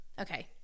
okay